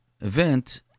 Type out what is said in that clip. event